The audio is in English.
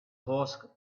horse